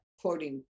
Quoting